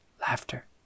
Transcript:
Laughter